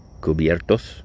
Cubiertos